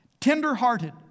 Tender-hearted